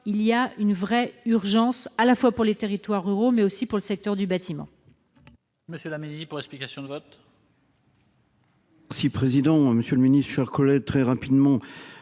qu'il y a une vraie urgence, à la fois pour les territoires ruraux et pour le secteur du bâtiment.